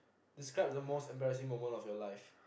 describe the most embarrassing moment of your life